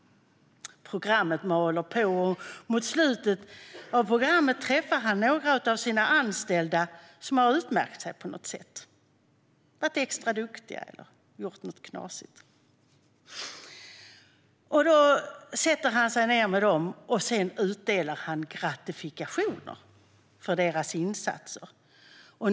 Programmet mal på. Mot slutet av programmet träffar han några av sina anställda som på något sätt har utmärkt sig - varit extra duktiga eller gjort något knasigt. Då sätter han sig ned med dem och delar ut gratifikationer för deras insatser.